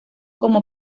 como